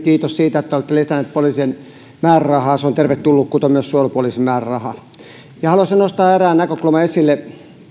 kiitos siitä että olette lisänneet poliisien määrärahaa se on tervetullut kuten myös suojelupoliisin määräraha haluaisin nostaa erään näkökulman esille